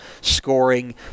scoring